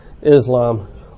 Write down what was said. Islam